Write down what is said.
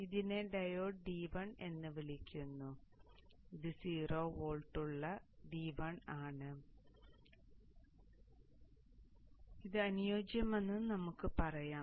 ഞാൻ ഇതിനെ diode D1 എന്ന് വിളിക്കുന്നു ഇത് സീറോ വോൾട്ടിലുള്ള D1 ആണ് അനുയോജ്യമെന്ന് നമുക്ക് പറയാം